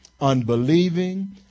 unbelieving